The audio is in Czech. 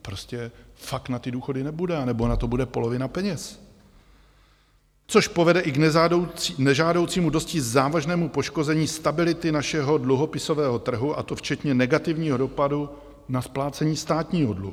No, prostě fakt na ty důchody nebude, anebo na to bude polovina peněz, což povede i k nežádoucímu dosti závažnému poškození stability našeho dluhopisového trhu, a to včetně negativního dopadu na splácení státního dluhu.